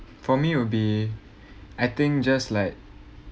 for me will be I think just like